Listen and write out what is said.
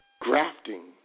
grafting